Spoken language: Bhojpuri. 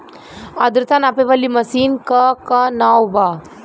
आद्रता नापे वाली मशीन क का नाव बा?